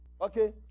Okay